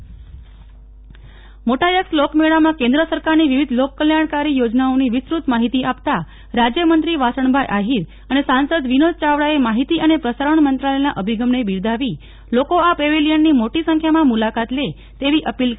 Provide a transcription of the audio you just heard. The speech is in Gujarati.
નેહલ ઠક્કર મોટા યક્ષ મેળો મોટા યક્ષ લોકમેળામાં કેન્દ્ર સરકારની વિવિધ લોકકલ્યાણકરી યોજનાઓની વિસ્તૃત માહિતી આપતા રાજ્યમંત્રી વાસણભાઈ આફીર અને સાંસદ વિનોદ ચાવડાએ માહિતી અને પ્રસારણમંત્રાલયના અભિગમને બિરદાવી લોકો આ પેવીલીયાનની મોટી સંખ્યામાં મુલાકાત લે તેવી અપીલ કરી છે